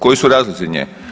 Koji su razlozi nje?